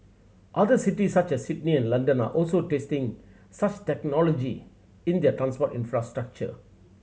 other cities such as Sydney and London are also testing such technology in their transport infrastructure